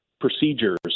procedures